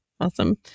Awesome